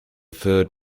third